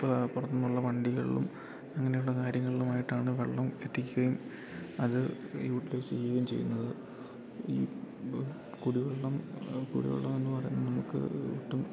ഇപ്പാ പൊറത്തുന്നുള്ള വണ്ടികളിലും അങ്ങനെയുള്ള കാര്യങ്ങളിലുമായിട്ടാണ് വെള്ളം എത്തിക്കുകയും അത് യൂട്ട്ലൈസെയ്യുകയും ചെയ്യുന്നത് ഈ കുടിവെള്ളം കുടിവെള്ളം എന്ന് പറയുന്നത് നമുക്ക് ഒട്ടും